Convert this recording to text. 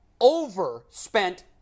overspent